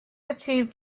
achieve